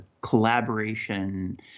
collaboration